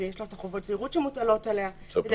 ויש לה את חובות הזהירות שמוטלות עליה כדי